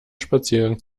spaziergang